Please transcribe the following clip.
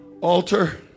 altar